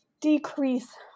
decrease